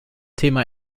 thema